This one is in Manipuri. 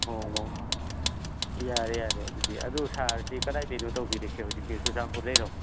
ꯑꯣ ꯑꯣ ꯌꯥꯔꯦ ꯌꯥꯔꯦ ꯑꯗꯨꯗꯤ ꯑꯗꯨ ꯁꯥꯔꯁꯤ ꯀꯗꯥꯏꯗꯩꯅꯣ ꯇꯧꯕꯤꯔꯛꯏꯁꯦ ꯍꯧꯖꯤꯛꯁꯦ ꯆꯨꯔꯥꯆꯥꯟꯄꯨꯗꯩꯔꯣ